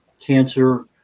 cancer